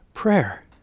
prayer